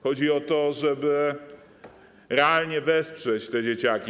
Chodzi o to, żeby realnie wesprzeć te dzieciaki.